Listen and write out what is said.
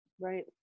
Right